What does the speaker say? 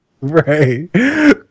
right